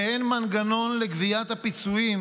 באין מנגנון לגביית הפיצויים,